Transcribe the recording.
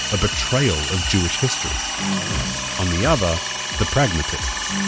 a betrayal of jewish history on the other the pragmatists.